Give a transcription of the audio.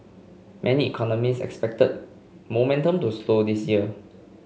many economists expected momentum to slow this year